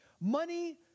money